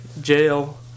jail